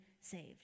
saved